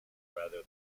rather